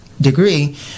degree